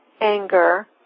anger